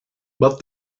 but